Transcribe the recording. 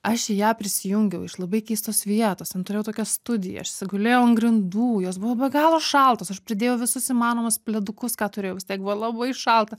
aš į ją prisijungiau iš labai keistos vietos ten turėjau tokią studiją aš tiesiog gulėjau ant grindų jos buvo be galo šaltos aš pridėjau visus įmanomus pledukus ką turėjau vis tiek buvo labai šalta